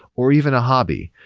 or even a hobby.